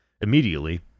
Immediately